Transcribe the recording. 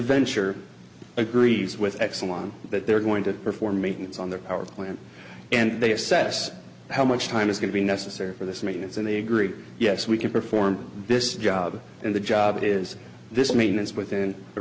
venture agrees with exelon that they're going to perform maintenance on their power plant and they assess how much time is going to be necessary for this i mean it's and they agree yes we can perform this job and the job is this maintenance within a